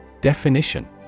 Definition